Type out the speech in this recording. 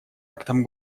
актом